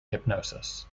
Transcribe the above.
hypnosis